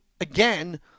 again